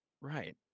right